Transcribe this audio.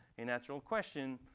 a natural question.